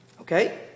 Okay